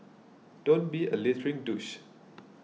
don't be a littering douche